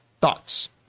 thoughts